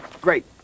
Great